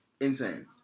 Insane